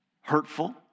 hurtful